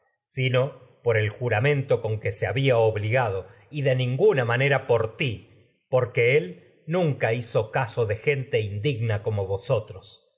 sino por el juramen manera por con había obligado nunca y de ninguna de ti porque él hizo ya caso gente indigna aquí me como vosotros